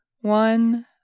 one